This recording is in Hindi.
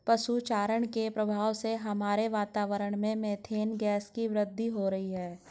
पशु चारण के प्रभाव से हमारे वातावरण में मेथेन गैस की वृद्धि हो रही है